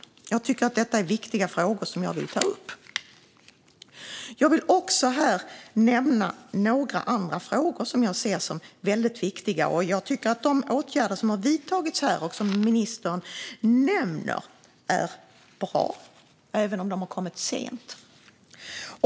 Jag tycker att detta är viktiga frågor som jag vill ta upp. Jag vill också nämna några andra frågor som jag ser som väldigt viktiga. De åtgärder som har vidtagits och som ministern nämner tycker jag är bra, även om de har kommit sent.